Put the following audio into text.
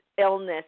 illness